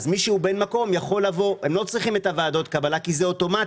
אז מי שהוא בן מקום יכול לא צריך את ועדות הקבלה כי זה אוטומטית.